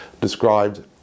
described